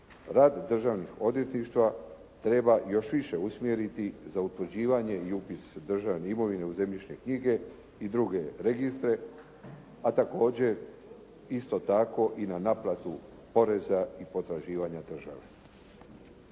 rad državnih odvjetništva treba još više usmjeriti za utvrđivanje i upis državne imovine u zemljišne knjige i druge registre, a također isto tako i na naplatu poreza i potraživanja države.